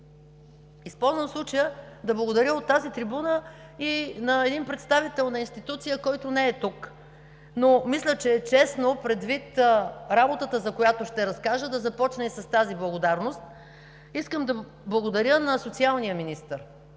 Използвам случая да благодаря от тази трибуна и на един представител на институция, който не е тук, но мисля, че е честно, предвид работата, за която ще разкажа, да започна и с тази благодарност. Искам да благодаря на социалния министър,